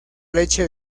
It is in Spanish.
leche